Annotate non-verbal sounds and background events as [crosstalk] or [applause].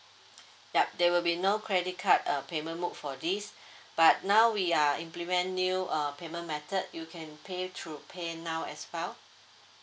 ya there will be no credit card uh payment mode for this [breath] but now we are implement new uh payment method you can pay through paynow as well